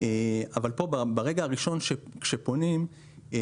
ברגע הראשון כשפונים לבנק,